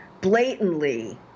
blatantly